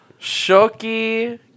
Shoki